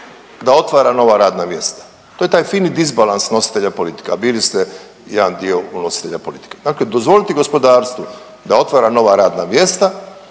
da otvara nova radna mjesta. To je taj fini disbalans nositelja politike, a bili ste jedan dio nositelja politike, dakle dozvoliti gospodarstvu da otvara nova radna mjesta,